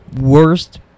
worst-